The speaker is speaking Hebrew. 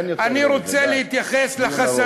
אין יותר, די, דיון ארוך.